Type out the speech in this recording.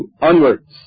onwards